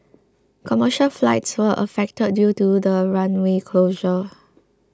commercial flights were affected due to the runway closure